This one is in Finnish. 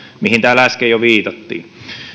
mihin täällä äsken jo viitattiin